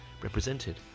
Represented